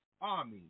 army